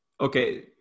Okay